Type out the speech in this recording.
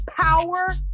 power